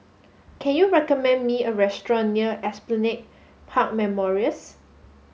can you recommend me a restaurant near Esplanade Park Memorials